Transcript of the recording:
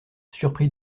surpris